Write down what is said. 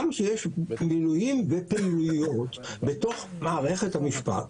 גם כשיש מינויים ופעילויות בתוך מערכת המשפט,